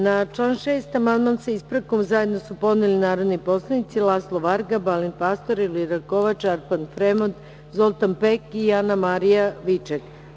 Na član 6. amandman, sa ispravkom, zajedno su podneli narodni poslanici Laslo Varga, Balint Pastor, Elvira Kovač, Arpad Fremond, Zoltan Pek i Anamarija Viček.